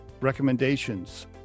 recommendations